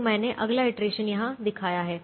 तो मैंने अगला इटरेशन यहाँ दिखाया है